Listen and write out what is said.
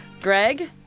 Greg